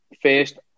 first